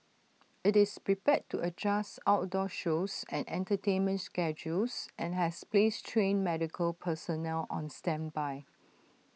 IT is prepared to adjust outdoor shows and entertainment schedules and has placed trained medical personnel on standby